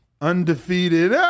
Undefeated